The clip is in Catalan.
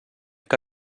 que